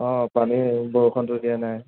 অঁ পানী বৰষুণটো দিয়া নাই